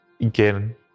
Again